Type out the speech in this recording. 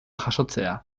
jasotzea